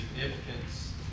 significance